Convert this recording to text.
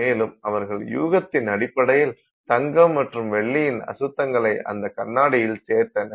மேலும் அவர்கள் யூகத்தின் அடிப்படையில் தங்கம் மற்றும் வெள்ளியின் அசுத்தங்களை அந்த கண்ணாடியில் சேர்த்தனர்